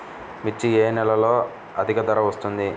మిర్చి ఏ నెలలో అధిక ధర వస్తుంది?